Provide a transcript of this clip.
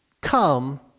come